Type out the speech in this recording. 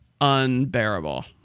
unbearable